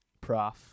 prof